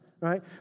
Right